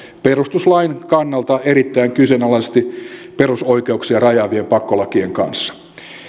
perustuslain kannalta erittäin kyseenalaisesti perusoikeuksia rajaavien pakkolakien kanssa